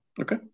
Okay